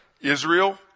Israel